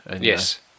Yes